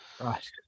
Right